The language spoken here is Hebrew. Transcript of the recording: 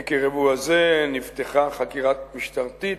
עקב אירוע זה נפתחה חקירה משטרתית,